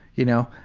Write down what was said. you know,